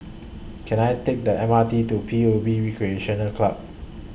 Can I Take The M R T to P U B Recreation Club